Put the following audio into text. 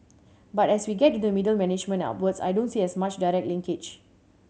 but as we get into the middle management and upwards I don't see as much direct linkage